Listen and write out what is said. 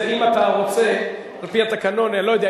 אם אתה רוצה, על-פי התקנון, אני לא יודע.